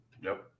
Nope